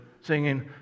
singing